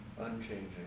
Unchanging